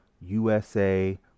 USA